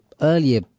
earlier